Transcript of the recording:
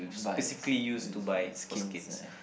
buy it's it's for the skins ya